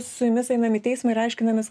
su jumis einam į teismą ir aiškinamės